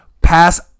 pass